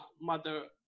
mother